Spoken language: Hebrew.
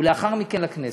ולאחר מכן הכנסת.